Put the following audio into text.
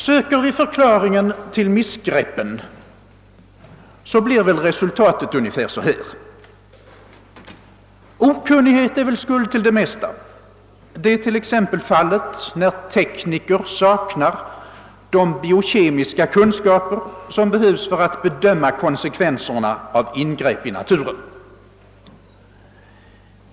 Söker vi förklaringen till missgreppen, så blir resultatet ungefär så här: Okunnighet är väl skuld till det:-mesta. Det är t.ex. fallet när tekniker saknar de. biokemiska kunskaper :som behövs för att man skall kunna bedöma :konsekvenserna av ingrepp i naturen.